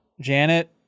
Janet